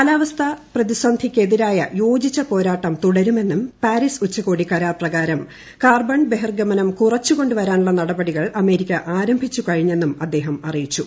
കാലാവസ്ഥാ പ്രതിസന്ധിയ്ക്കെതിരായ യോജിച്ച പോരാട്ടം തുടരുമെന്നും പാരീസ് ഉച്ചകോടി കരാർ പ്രകാരം കാർബൺ ബഹിർഗമനം കുറച്ചുകൊണ്ടു വരാനുള്ള നടപടികൾ അമേരിക്ക ആരംഭിച്ചുകഴിഞ്ഞെന്നും അദ്ദേഹം അറിയിച്ചു